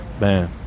Man